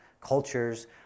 cultures